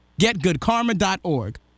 Getgoodkarma.org